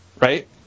Right